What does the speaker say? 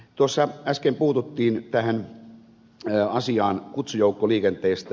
tuossa äsken puututtiin tähän asiaan kutsujoukkoliikenteestä